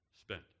spent